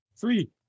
three